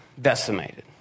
decimated